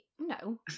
no